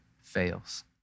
fails